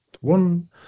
one